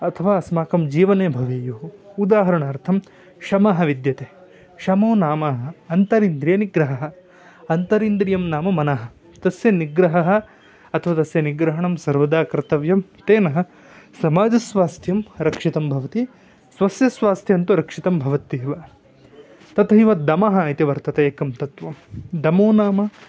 अथवा अस्माकं जीवने भवेयुः उदाहरणार्थं शमः विद्यते शमो नाम अन्तरिन्द्रियनिग्रहः अन्तरिन्द्रियं नाम मनः तस्य निग्रहः अथवा तस्य निग्रहणं सर्वदा कर्तव्यं तेन समाजस्वास्थ्यं रक्षितं भवति स्वस्य स्वास्थ्यं तु रक्षितं भवत्येव तथैव दमः इति वर्तते एकं तत्वं दमो नाम